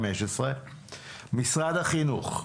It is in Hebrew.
משרד החינוך,